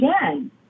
again